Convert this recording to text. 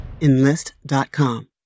Enlist.com